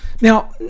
Now